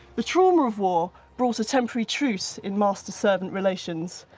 the trauma of war brought a temporary truce in master servant relations,